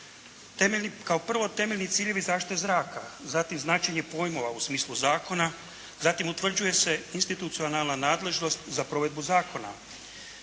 Kao prvi temeljni ciljevi zaštite zraka, zatim značenje pojmova u smislu zakona. Zatim, utvrđuje se institucionalna nadležnost za provedbu zakona,